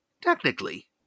technically